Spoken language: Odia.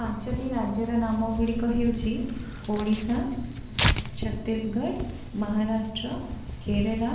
ପାଞ୍ଚଟି ରାଜ୍ୟର ନାମ ଗୁଡ଼ିକ ହେଉଛି ଓଡ଼ିଶା ଛତିଶଗଡ଼ ମହାରାଷ୍ଟ୍ର କେରଳ